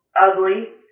ugly